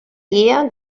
guia